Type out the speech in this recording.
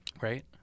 right